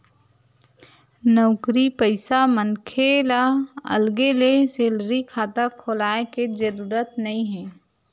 नउकरी पइसा मनखे ल अलगे ले सेलरी खाता खोलाय के जरूरत नइ हे